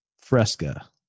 Fresca